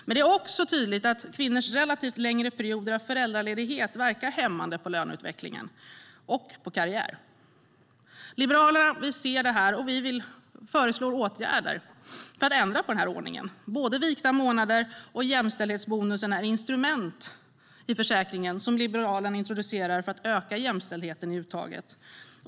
Men det är också tydligt att kvinnors relativt sett längre perioder av föräldraledighet verkar hämmande på löneutveckling och karriär. Liberalerna ser det och föreslår åtgärder för att ändra på den här ordningen. Både vikta månader och jämställdhetsbonusen är instrument i försäkringen som vi har introducerat för att öka jämställdheten i uttaget.